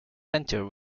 venture